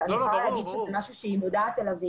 אבל אני יכולה להגיד שזה משהו שהיא מודעת אליו.